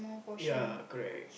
ya correct